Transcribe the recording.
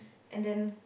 and then